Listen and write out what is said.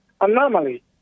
Anomaly